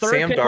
Sam